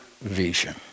vision